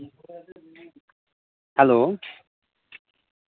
hello